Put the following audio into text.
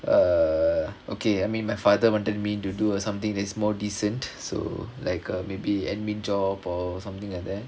err okay I mean my father wanted me to do something that is more decent so like uh maybe administration job or something like that